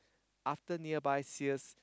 after nearby sales